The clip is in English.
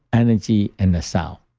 energy, and the sound.